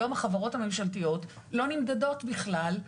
היום החברות הממשלתיות לא נמדדות בכלל,